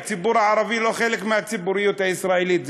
הציבור הערבי לא חלק מהציבוריות הישראלית?